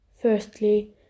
firstly